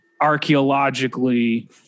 archaeologically